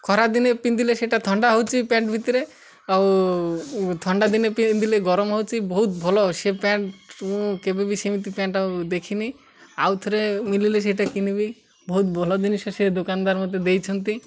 ଖରାଦିନେ ପିନ୍ଧିଲେ ସେଇଟା ଥଣ୍ଡା ହେଉଛି ପ୍ୟାଣ୍ଟ ଭିତରେ ଆଉ ଥଣ୍ଡା ଦିନେ ପିନ୍ଧିଲେ ଗରମ ହେଉଛି ବହୁତ ଭଲ ସେ ପ୍ୟାଣ୍ଟ ମୁଁ କେବେ ବି ସେମିତି ପ୍ୟାଣ୍ଟ ଆଉ ଦେଖିନି ଆଉ ଥରେ ମିଳିଲେ ସେଇଟା କିଣିବି ବହୁତ ଭଲ ଜିନିଷ ସେ ଦୋକାନଦାର ମୋତେ ଦେଇଛନ୍ତି